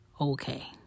okay